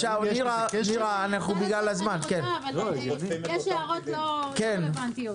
זו הערה לא רלוונטית.